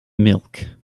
milk